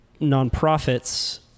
nonprofits